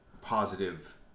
positive